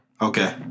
Okay